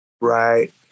Right